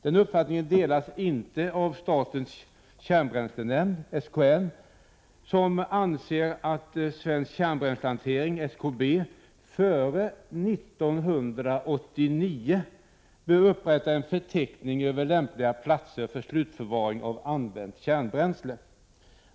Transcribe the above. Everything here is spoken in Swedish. Den uppfattningen delas inte av statens kärnbränslenämnd, SKN, som anser att Svensk Kärnbränslehantering AB före 1989 bör upprätta en förteckning över lämpliga platser för slutförvaring av använt kärnbränsle.